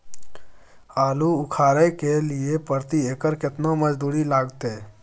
आलू उखारय के लिये प्रति एकर केतना मजदूरी लागते?